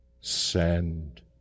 Send